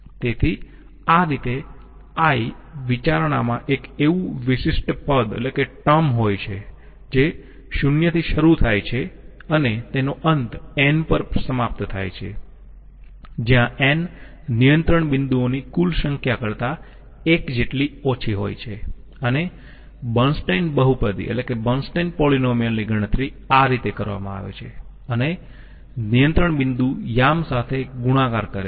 તેથી આ રીતે i વિચારણામાં એક એવું વિશિષ્ટ પદ હોય છે જે 0 થી શરુ થાય છે અને તેનો અંત n પર સમાપ્ત થાય છે જ્યા n નિયંત્રણ બિંદુઓની કુલ સંખ્યા કરતા 1 જેટલી ઓછી હોય છે અને બર્નસ્ટેઇન બહુપદી ની ગણતરી આ રીતે કરવામાં આવે છે અને નિયંત્રણ બિંદુ યામ સાથે ગુણાકાર કરે છે